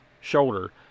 shoulder